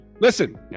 Listen